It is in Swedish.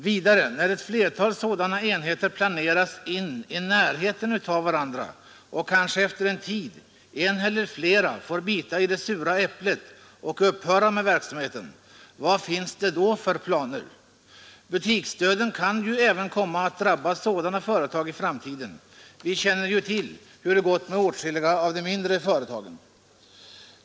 Vidare: När ett flertal sådana enheter placeras in i närheten av varandra och när en efter en eller flera får bita i det sura äpplet och upphöra med verksamheten, vad finns det då för planer? Butiksdöden kan ju i framtiden även komma att drabba sådana företag; vi känner ju till hur det gått med åtskilliga av de mindre företagen.